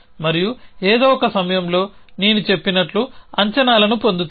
మరియు ఏదో ఒక సమయంలో నేను చెప్పినట్లు అంచనాలను పొందుతాను